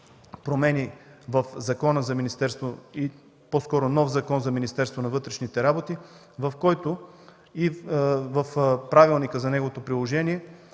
промени в закона или по-скоро нов Закон за Министерството на вътрешните работи, в който и в правилника за неговото приложение